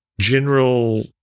general